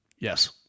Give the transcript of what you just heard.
Yes